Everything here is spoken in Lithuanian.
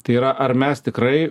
tai yra ar mes tikrai